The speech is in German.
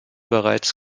bereits